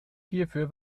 hierfür